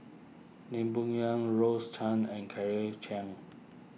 Lim Bo Yam Rose Chan and Claire Chiang